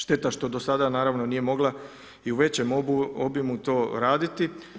Šteta što do sada naravno nije mogla i u većem obimu to raditi.